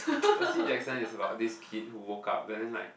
Percy-Jackson is about this kid who woke up and then like